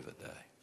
בוודאי.